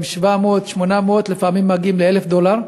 הם 700, 800, ולפעמים מגיעים ל-1,000 דולר,